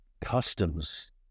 customs